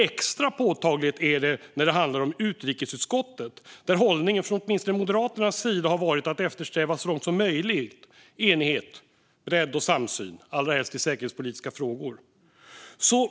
Extra påtagligt är det när det handlar om utrikesutskottet, där hållningen från åtminstone Moderaternas sida har varit att så långt som möjligt eftersträva enighet, bredd och samsyn, allra helst i säkerhetspolitiska frågor.